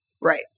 Right